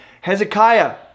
Hezekiah